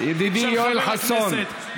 ידידי יואל חסון,